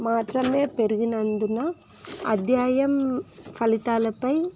మాత్రమే పెరిగినందున అధ్యాయం ఫలితాలపై